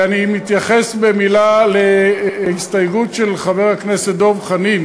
אני מתייחס במילה להסתייגות של חבר הכנסת דב חנין